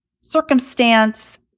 circumstance